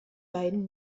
beiden